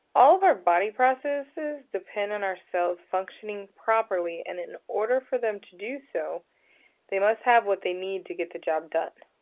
all of our body processes depend on ourselves functioning properly and in order for them to do so they must have what they need to get the job done.